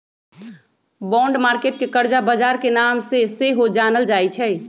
bond market के करजा बजार के नाम से सेहो जानल जाइ छइ